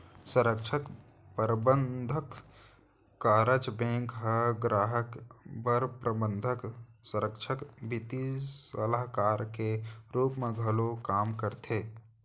संरक्छक, परबंधक, कारज बेंक ह गराहक बर प्रबंधक, संरक्छक, बित्तीय सलाहकार के रूप म घलौ काम करथे